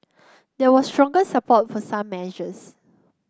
there was stronger support for some measures